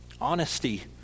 Honesty